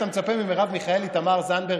אתה מצפה ממרב מיכאלי ותמר זנדברג,